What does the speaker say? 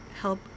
help